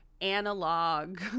analog